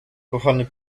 kochany